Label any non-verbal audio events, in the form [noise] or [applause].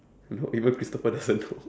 no even christopher [laughs] doesn't know